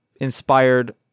inspired